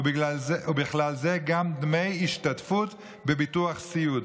ובכלל זה גם דמי השתתפות בביטוח סיעוד.